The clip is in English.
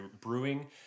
brewing